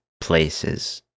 places